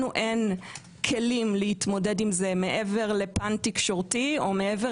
אין כלים להתמודד מזה מעבר לפן תקשורתי או מעבר